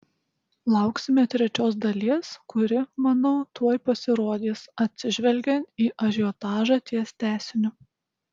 lauksime trečios dalies kuri manau tuoj pasirodys atsižvelgiant į ažiotažą ties tęsiniu